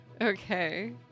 Okay